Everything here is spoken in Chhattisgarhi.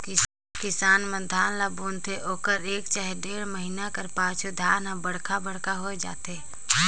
किसान मन धान ल बुनथे ओकर एक चहे डेढ़ महिना कर पाछू धान हर बड़खा बड़खा होए जाथे